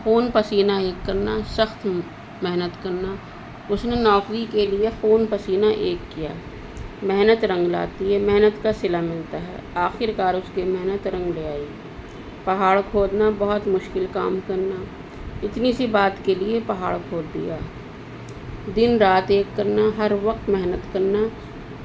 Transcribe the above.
خون پسینا ایک کرنا سخت محنت کرنا اس نے نوکری کے لیے خون پسینا ایک کیا محنت رنگ لاتی ہے محنت کا سلاع ملتا ہے آخرکار اس کے محنت رنگ لے آئی پہاڑ کھودنا بہت مشکل کام کرنا اتنی سی بات کے لیے پہاڑ کھود دیا دن رات ایک کرنا ہر وقت محنت کرنا